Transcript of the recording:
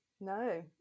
No